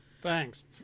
Thanks